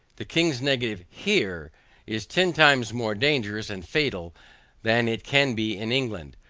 the king's negative here is ten times more dangerous and fatal than it can be in england,